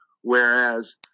Whereas